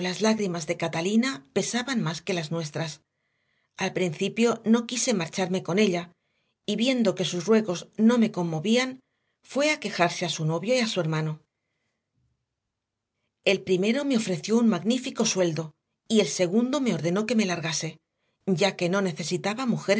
lágrimas de catalina pesaban más que las nuestras al principio no quise marcharme con ella y viendo que sus ruegos no me conmovían fue a quejarse a su novio y a su hermano el primero me ofreció un magnífico sueldo y el segundo me ordenó que me largase ya que no necesitaba